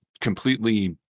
completely